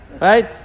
Right